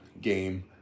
game